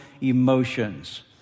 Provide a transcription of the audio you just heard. emotions